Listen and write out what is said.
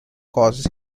causes